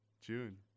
June